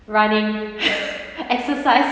running exercise